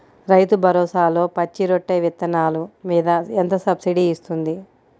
రైతు భరోసాలో పచ్చి రొట్టె విత్తనాలు మీద ఎంత సబ్సిడీ ఇస్తుంది?